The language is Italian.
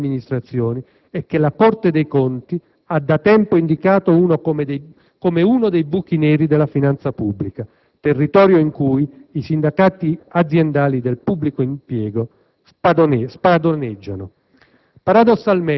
presso le singole amministrazioni e che la Corte dei conti ha da tempo indicato come uno dei buchi neri della finanza pubblica, territorio in cui i sindacati «aziendali» del pubblico impiego spadroneggiano).